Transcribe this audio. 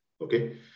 okay